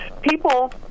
people